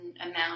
amount